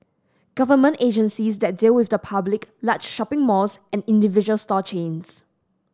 government agencies that deal with the public large shopping malls and individual store chains